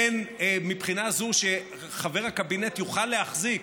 הן מבחינה זו שחבר הקבינט יוכל להחזיק,